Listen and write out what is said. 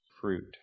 fruit